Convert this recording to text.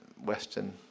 Western